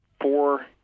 four